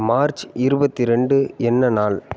March இருபத்தி ரெண்டு என்ன நாள்